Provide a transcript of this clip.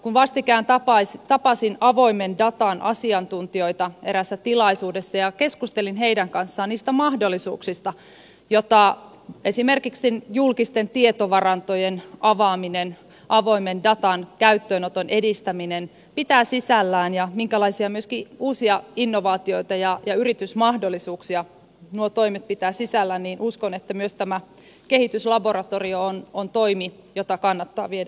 kun vastikään tapasin avoimen datan asiantuntijoita eräässä tilaisuudessa ja keskustelin heidän kanssaan niistä mahdollisuuksista joita esimerkiksi julkisten tietovarantojen avaaminen avoimen datan käyttöönoton edistäminen pitää sisällään ja siitä minkälaisia uusia innovaatioita ja yritysmahdollisuuksia nuo toimet pitävät sisällään niin uskon että myös tämä kehityslaboratorio on toimi jota kannattaa viedä eteenpäin